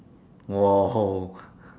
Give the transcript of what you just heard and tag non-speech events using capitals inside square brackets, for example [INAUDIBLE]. !wow! [LAUGHS]